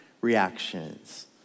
reactions